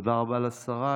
תודה רבה לשרה.